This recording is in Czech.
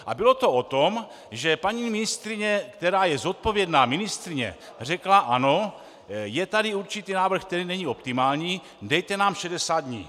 A bylo to o tom, že paní ministryně, která je zodpovědná ministryně, řekla ano, je tady určitý návrh, který není optimální, dejte nám 60 dní.